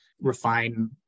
refine